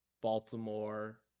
baltimore